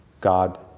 God